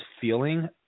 feeling